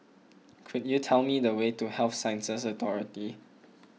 could you tell me the way to Health Sciences Authority